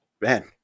Man